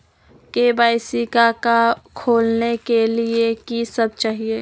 KYC का का खोलने के लिए कि सब चाहिए?